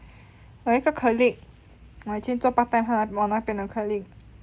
我有一个 colleague 我以前做 part time 她的我那边的 colleague